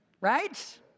Right